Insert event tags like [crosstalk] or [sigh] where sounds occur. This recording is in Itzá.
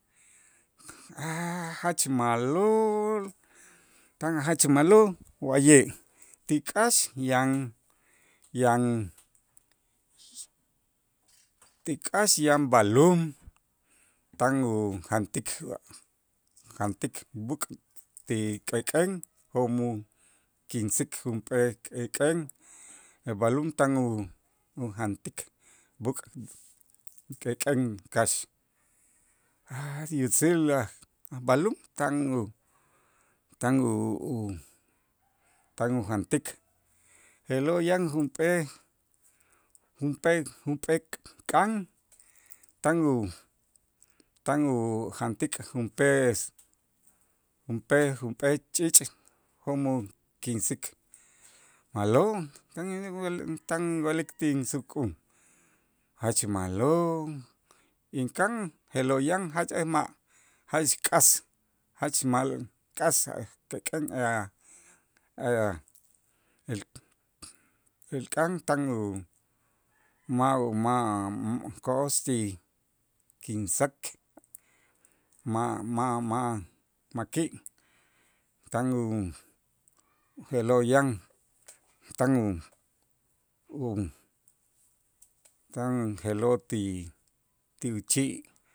a' jach ma'lo' tan a' jach ma'lo' wa'ye', ti k'aax yan yan ti k'aax yan b'alum tan ujantik jantik b'äk' ti k'ek'en jo'mo kinsik junp'ee k'ek'en, b'alum tan u- ujantik b'äk' k'ek'en k'aax jach yutzil aj- ajb'alum tan u tan u- ujantik, je'lo' yan junp'ee junp'ee junp'ee k'-kan tan u tan ujantik junp'ee junp'ee junp'ee ch'iich' jo'mo kinsik ma'lo' tan [unintelligible] tan inwa'lik tinsukun jach ma'lo' inkan je'lo' yan jach [unintelligible] ma' jach k'as jach mal k'as [unintelligible] k'ek'en [unintelligible] el kan tan u ma' u ma' m ko'os ti kinsak ma' ma' ma' ma' ki' tan u je'lo' yan tan u- u tan je'lo' ti ti chi'.